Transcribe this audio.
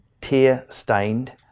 tear-stained